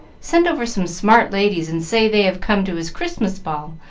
send over some smart ladies, and say they have come to his christmas ball,